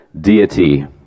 deity